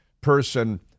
person